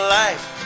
life